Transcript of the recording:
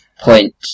point